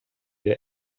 der